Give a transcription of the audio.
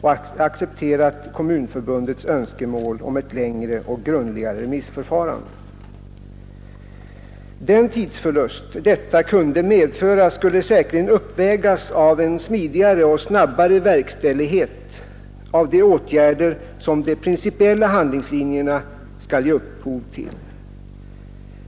och accepterat Kommunförbundets önskemål om ett längre och grundligare remissförfarande. Den tidsförlust detta kunde medföra skulle säkerligen uppvägas av en smidigare och snabbare verkställighet av de åtgärder som de principiella handlingslinjerna skall ge upphov till.